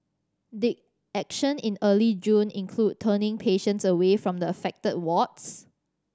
did action in early June include turning patients away from the affected wards